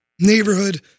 neighborhood